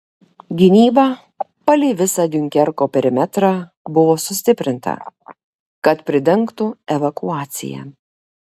gynyba palei visą diunkerko perimetrą buvo sustiprinta kad pridengtų evakuaciją